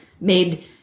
made